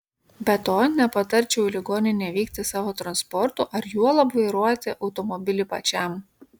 be to nepatarčiau į ligoninę vykti savo transportu ar juolab vairuoti automobilį pačiam